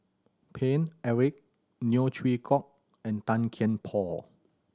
Paine Eric Neo Chwee Kok and Tan Kian Por